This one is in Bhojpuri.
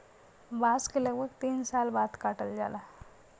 बांस के लगभग तीन साल बाद काटल जाला